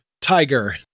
tiger